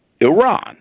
Iran